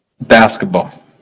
Basketball